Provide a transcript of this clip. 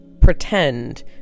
pretend